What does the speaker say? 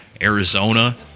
Arizona